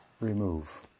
remove